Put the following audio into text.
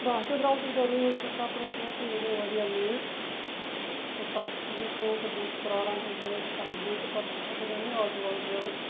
بہٕ ہَسا درٛاس ییٚتہِ رٲژ کِس سَفرَس منٛز تہٕ مےٚ گوٚو واریاہ لیٹ تہٕ پَتہٕ ہَسا گٔے کٲم تہٕ بہٕ اوسُس پَرٛاران تہٕ مےٚ بَنے نہٕ کانٛہہ گٲڑۍ تہٕ پَتہٕ ہَسا بَنیٛو مےٚ آٹوٗ اکھ ڈرٛیوَر